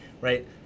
Right